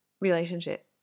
relationship